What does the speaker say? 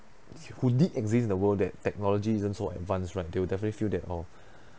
who did exist in the world that technology isn't so advance right they will definitely feel that oh